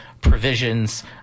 provisions